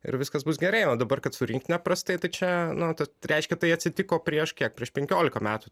ir viskas bus gerai o dabar kad su rinktine prastai tai čia na tai reiškia tai atsitiko prieš kiek prieš penkiolika metų